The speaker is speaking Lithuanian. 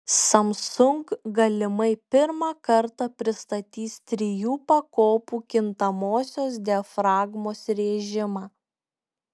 samsung galimai pirmą kartą pristatys trijų pakopų kintamosios diafragmos rėžimą